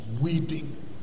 weeping